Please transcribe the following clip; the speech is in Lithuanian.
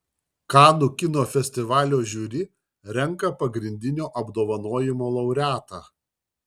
kanų kino festivalio žiuri renka pagrindinio apdovanojimo laureatą